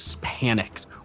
panics